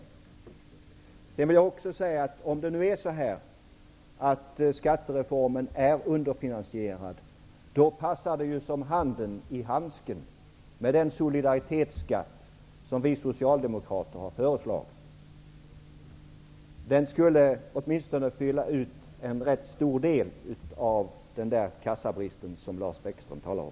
Sedan vill jag också säga att om nu skattereformen är underfinansierad, då passar det ju som handen i handsken med den solidaritetsskatt som vi socialdemokrater har föreslagit. Den skulle åtminstone fylla ut en rätt stor del av kassabristen som Lars Bäckström talar om.